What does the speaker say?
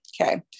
Okay